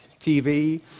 TV